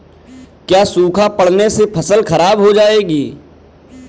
क्या सूखा पड़ने से फसल खराब हो जाएगी?